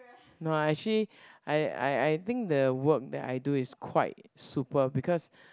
no ah actually I I I think the work that I do is quite super because